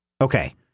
Okay